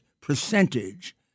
percentage